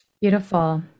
Beautiful